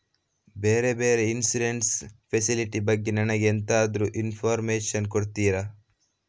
ಬೇರೆ ಬೇರೆ insurance facility ಬಗ್ಗೆ ನನಗೆ ಎಂತಾದ್ರೂ ಇನ್ಫೋರ್ಮೇಷನ್ ಕೊಡ್ತೀರಾ?